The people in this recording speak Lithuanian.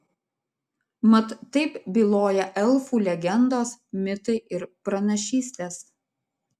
mat taip byloja elfų legendos mitai ir pranašystės